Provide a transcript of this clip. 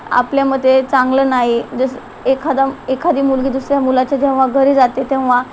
आपल्यामध्ये चांगलं नाही जसं एखादा एखादी मुलगी दुसऱ्या मुलाच्या जेव्हा घरी जाते तेव्हा